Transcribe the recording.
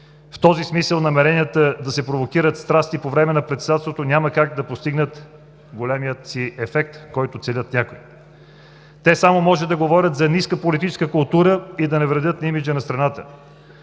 В този смисъл намеренията да се провокират страсти по време на Председателството няма как да постигнат големия си ефект, който целят някои. Те само може да говорят за ниска политическа култура и да навредят на имиджа на страната.